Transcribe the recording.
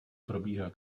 probíhá